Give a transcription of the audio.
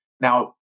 now